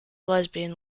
lesbian